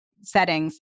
settings